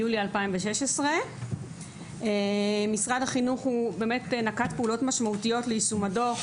ביולי 2016. משרד החינוך נקט פעולות משמעותיות ליישום הדו"ח.